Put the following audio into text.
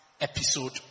episode